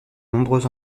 nombreux